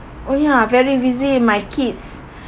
oh ya very busy with my kids